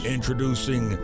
Introducing